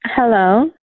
Hello